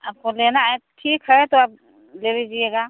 आपको लेना है ठीक है तो आप ले लीजिएगा